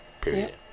Period